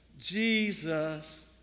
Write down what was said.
Jesus